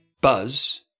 buzz